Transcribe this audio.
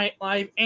live